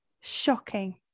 Shocking